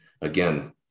again